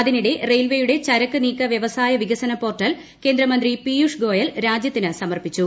അതിനിടെ റെയിൽവേയുടെ ചരക്ക് ന്ടീക്ക് വ്യവസായ വികസന പോർട്ടൽ കേന്ദ്രമന്ത്രി പീയുഷ് ഗ്നോയൽ രാജ്യത്തിന് സമർപ്പിച്ചു